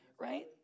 right